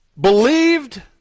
believed